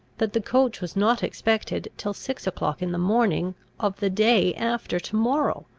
that the coach was not expected till six o'clock in the morning of the day after to-morrow,